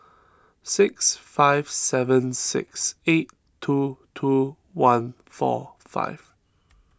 six five seven six eight two two one four five